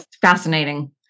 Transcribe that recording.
fascinating